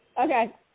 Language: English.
Okay